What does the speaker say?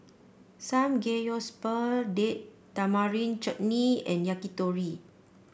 Samgeyopsal Date Tamarind Chutney and Yakitori